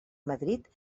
madrid